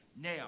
Now